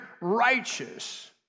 righteous